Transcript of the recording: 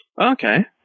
Okay